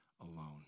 alone